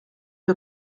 who